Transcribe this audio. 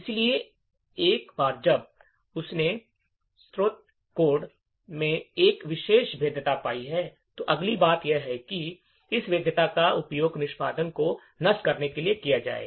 इसलिए एक बार जब उसने स्रोत कोड में एक विशेष भेद्यता पाई है तो अगली बात यह है कि इस भेद्यता का उपयोग निष्पादन को नष्ट करने के लिए किया जाए